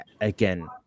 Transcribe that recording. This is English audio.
again